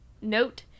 Note